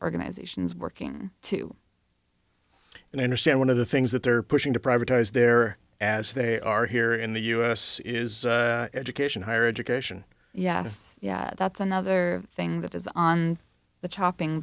organizations working to and i understand one of the things that they're pushing to privatized there as they are here in the u s is education higher education yes yeah that's another thing that is on the chopping